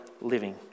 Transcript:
living